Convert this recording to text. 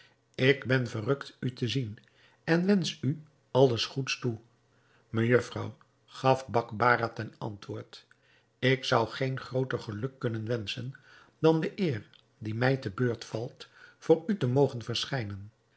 ik ben verrukt u te zien en wensch u alles goeds toe mejufvrouw gaf bakbarah ten antwoord ik zou geen grooter geluk kunnen wenschen dan de eer die mij te beurt valt voor u te mogen verschijnen